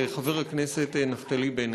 חבר הכנסת נפתלי בנט,